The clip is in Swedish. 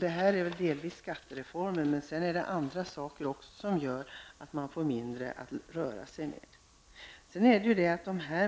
Det beror delvis på skattereformen, men även på andra saker, att man får mindre att röra sig med. De